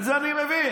את זה אני מבין.